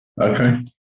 Okay